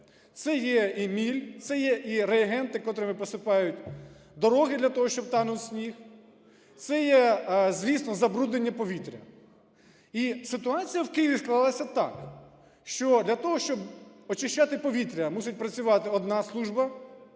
Це є і міль, це є і реагенти, котрими посипають дороги для того, щоб танув сніг, це є, звісно, забруднення повітря. І ситуація в Києві склалася так, що для того, щоб очищати повітря, мусить працювати одна служба;